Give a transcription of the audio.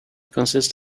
consists